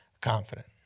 confident